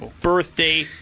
birthday